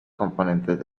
componentes